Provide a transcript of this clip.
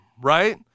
right